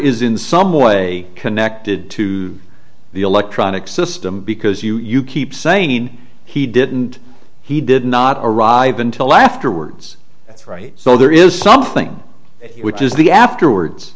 is in some way connected to the electronic system because you keep saying he didn't he did not arrive until afterwards right so there is something which is the afterwards